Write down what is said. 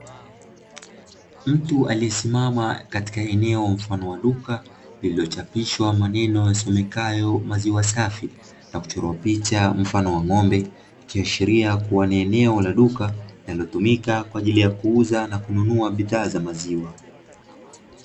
Mtu aliyesimama katika eneo mfano wa duka, lililochapishwa maneno yasomekayo "maziwa safi",na kuchorwa picha mfano wa ng'ombe likiashiria kuwa ni eneo la duka linalotumika kwaajili ya kuuza na kununua bidhaa za maziwa.